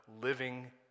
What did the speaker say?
living